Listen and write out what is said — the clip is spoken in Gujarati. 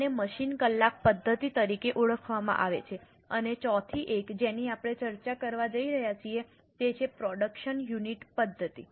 આને મશીન કલાક પદ્ધતિ તરીકે ઓળખવામાં આવે છે અને ચોથી એક જેની આપણે ચર્ચા કરવા જઈ રહ્યા છીએ તે છે પ્રોડક્શન યુનિટ પદ્ધતિ